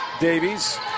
Davies